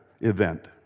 event